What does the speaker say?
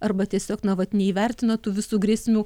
arba tiesiog na vat neįvertina tų visų grėsmių